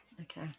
Okay